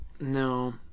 No